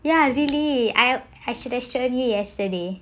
ya really I should have shown you yesterday